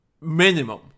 Minimum